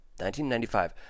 1995